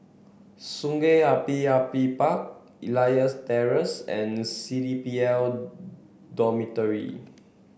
Sungei Api Api Park Elias Terrace and C D P L Dormitory